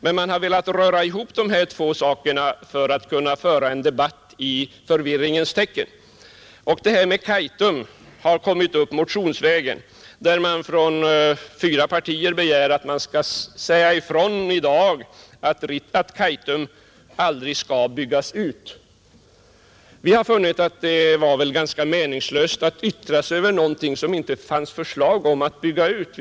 Men man har velat röra ihop dessa två saker för att kunna föra en debatt i förvirringens tecken. Frågan om Kaitum har kommit upp motionsvägen; från fyra partier begärs ett besked i dag att Kaitum aldrig skall byggas ut. Vi har funnit det meningslöst att yttra sig över något som det inte finns förslag om att bygga ut.